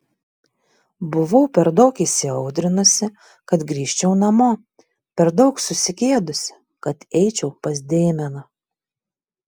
buvau per daug įsiaudrinusi kad grįžčiau namo per daug susigėdusi kad eičiau pas deimeną